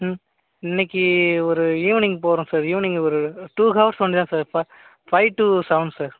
இன்றைக்கி ஒரு ஈவ்னிங் போகிறோம் சார் ஈவ்னிங் ஒரு டூ ஹவர்ஸ் தான் சார் ப ஃபைவ் டூ செவன் சார்